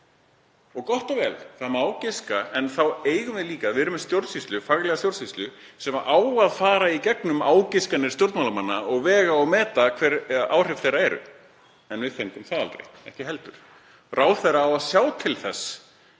Gott og vel, það má giska. En við erum með stjórnsýslu, faglega stjórnsýslu sem á að fara í gegnum ágiskanir stjórnmálamanna og vega og meta hver áhrif þeirra verða. En við fengum það aldrei heldur. Ráðherra á að sjá til þess